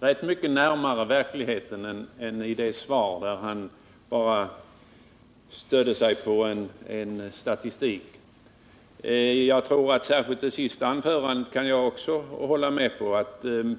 rätt mycket närmare verkligheten än i det svar där han bara stödde sig på statistik. Jag tror att jag kan hålla med honom om vad han sade i det senaste anförandet.